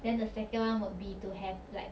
then the second one would be to have like